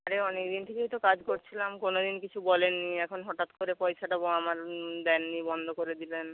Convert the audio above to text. আরে অনেক দিন থেকেই তো কাজ করছিলাম কোনো দিন কিছু বলেননি এখন হঠাৎ করে পয়সাটা আমার দেননি বন্ধ করে দিলেন